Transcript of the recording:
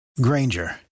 Granger